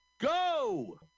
go